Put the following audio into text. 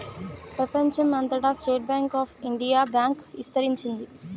ప్రెపంచం అంతటా State Bank of India bank ఇస్తరించింది